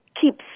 keeps